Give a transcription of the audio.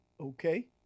okay